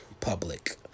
public